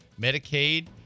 Medicaid